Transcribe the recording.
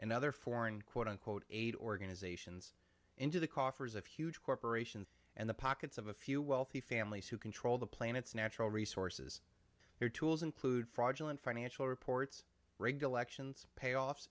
and other foreign quote unquote aid organizations into the coffers of huge corporations and the pockets of a few wealthy families who control the planet's natural resources their tools include fraudulent financial reports rigged elections payoffs